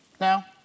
Now